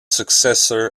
successor